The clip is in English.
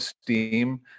Steam